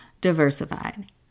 diversified